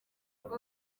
kandi